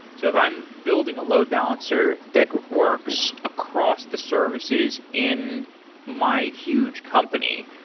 so if i'm building a load balancer that works across the services in my huge company,